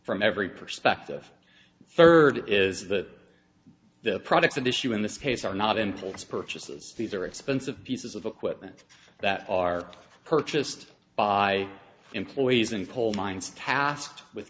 from every perspective third is that the products of issue in this case are not impulse purchases these are expensive pieces of equipment that are purchased by employees and coal mines tasked with